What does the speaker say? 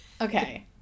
okay